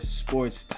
sports